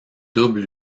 double